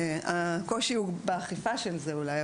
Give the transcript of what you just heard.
הקושי בזה הוא באכיפה אולי,